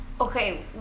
Okay